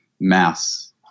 mass